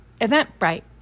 Eventbrite